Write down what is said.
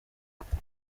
bikorwa